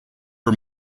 her